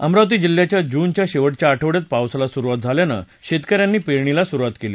अमरावती जिल्ह्यात जूनच्या शक्तिच्या आठवड्यात पावसाला सुरवात झाल्यानं शक्तिकऱ्यांनी पर्णीला सुरुवात कल्ली